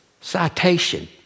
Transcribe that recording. citation